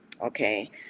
okay